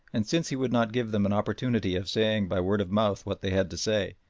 and since he would not give them an opportunity of saying by word of mouth what they had to say,